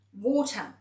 water